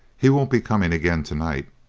he won't be coming again to-night.